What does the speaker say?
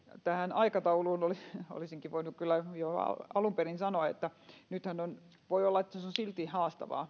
tähän aikatauluun olisinkin voinut kyllä jo alun perin sanoa että ajatus on että voi olla että on silti haastavaa